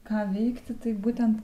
ką veikti tai būtent